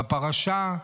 בפרשה,